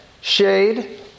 Shade